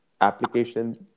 applications